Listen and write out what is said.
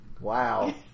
Wow